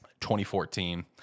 2014